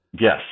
Yes